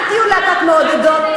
אל תהיו להקת מעודדות.